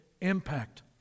impact